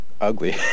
ugly